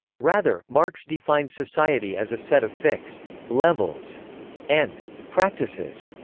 rather, marx defines society as a set of fixed levels and practices.